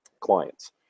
clients